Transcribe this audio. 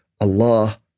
Allah